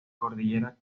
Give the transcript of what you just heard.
cordillera